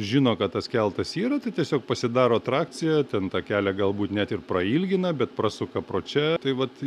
žino kad tas keltas yra tai tiesiog pasidaro atrakciją ten tą kelią galbūt net ir prailgina bet prasuka pro čia tai vat